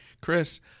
Chris